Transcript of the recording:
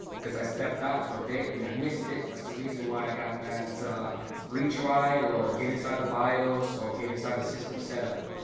because i stepped out for a bit and i missed it, that's the reason why i got that retry or get inside the bios or get inside the system setup.